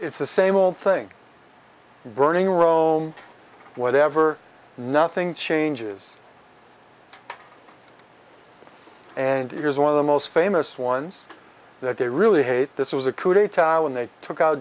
it's the same thing burning rome whatever nothing changes and here's one of the most famous ones that they really hate this was a coup d'etat when they took out